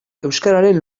euskararen